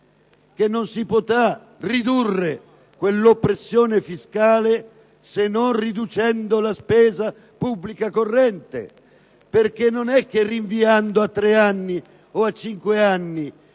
non si potrà ridurre quella oppressione fiscale se non riducendo la spesa pubblica corrente. Non è che rinviando a tre o a cinque anni